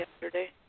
yesterday